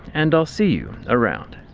and i'll see you around.